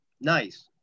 Nice